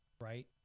right